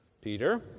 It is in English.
Peter